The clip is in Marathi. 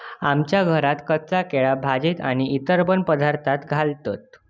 आमच्या घरात कच्चा केळा भाजीत आणि इतर पण पदार्थांत घालतत